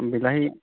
বিলাহী